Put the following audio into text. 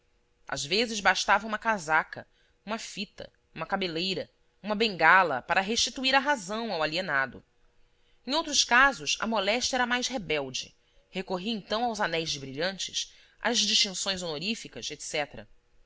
às vezes bastava uma casaca uma fita uma cabeleira uma bengala para restituir a razão ao alienado em outros casos a moléstia era mais rebelde recorria então aos anéis de brilhantes às distinções honoríficas